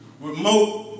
remote